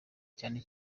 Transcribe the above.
cyane